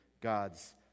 God's